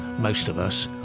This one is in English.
most of us,